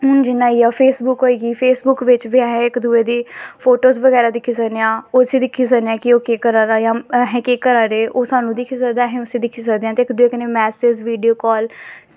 हून जि'यां फेसबुक होई फेसबुक बिच्च बी इक दुए दी फोटोस बगैरा दिक्खी सकने आं उस्सी दिक्खी सकने आं उस्सी दिक्खी सकने आं ओह् केह् करा दा जां ओह् सानूं दिक्खी सकदा अस उस्सी दिक्सखी कदे ते इक दुए कन्नै मैसेज बीडियो कॉल